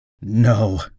No